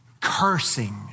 cursing